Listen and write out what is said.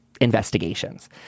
investigations